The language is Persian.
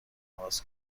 عوض